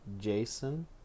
Jason